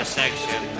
section